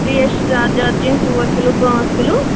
ترٛیش زیادٕ زیادٕ چیٚنۍ ژور کلوٗ پانٛژھ کلوٗ